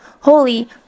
holy